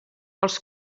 els